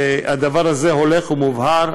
הדבר הזה הולך ומובהר.